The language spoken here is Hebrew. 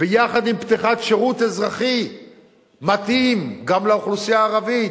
ביחד עם פתיחת שירות אזרחי מתאים גם לאוכלוסייה הערבית.